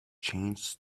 changes